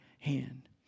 hand